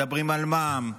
מדברים על מע"מ,